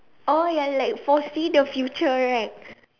oh ya like forsee the future right